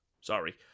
sorry